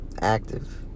Active